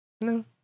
no